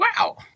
Wow